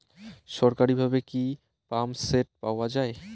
সরকারিভাবে কি পাম্পসেট পাওয়া যায়?